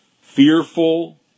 fearful